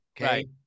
okay